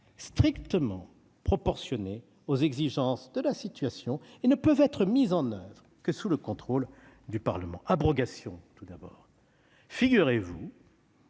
strictement proportionnées aux exigences de la situation et ne peuvent être mises en oeuvre que sous le contrôle du Parlement. J'évoquerai tout